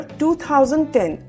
2010